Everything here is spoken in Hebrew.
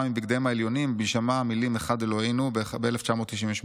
מבגדיהם העליונים בהישמע המילים 'אחד אלוהינו' (ב-1998)".